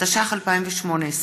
התשע"ח 2018,